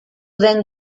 den